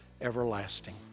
everlasting